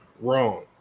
wrong